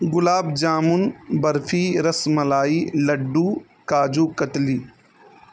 گلاب jamun barfi ras malai laddu kaju katli